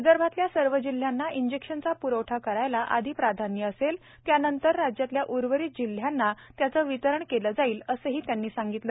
विदर्भातल्या सर्व जिल्ह्यांना इंजेक्शनचा प्रवठा करायला आधी प्राधान्य असेल त्या नंतर राज्यातल्या उर्वरित जिल्ह्यांना त्याचं वितरण केलं जाईल असंही त्यांनी सांगितलं